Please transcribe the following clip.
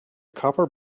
copper